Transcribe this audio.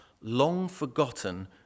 Long-forgotten